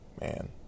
man